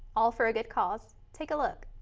all for a good cause. take a look.